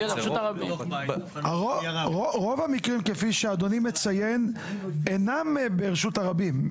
רוב המקרים כפי שאדוני מציין, אינם ברשות הרבים.